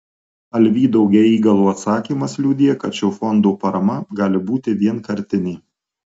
alvydo geigalo atsakymas liudija kad šio fondo parama gali būti vienkartinė